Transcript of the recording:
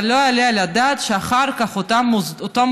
אבל לא יעלה על הדעת שאחר כך אותם מוסדות